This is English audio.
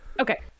Okay